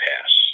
pass